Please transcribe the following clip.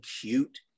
cute